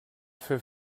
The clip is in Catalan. fer